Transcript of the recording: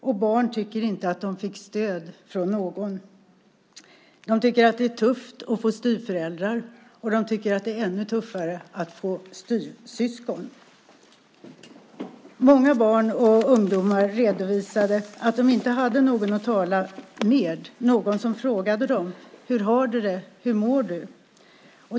Och barn tycker att de inte fick stöd av någon. De tycker att det är tufft att få styvföräldrar. Och de tycker att det är ännu tuffare att få styvsyskon. Många barn och ungdomar redovisade att de inte hade någon att tala med, någon som frågade: Hur har du det? Hur mår du?